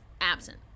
absent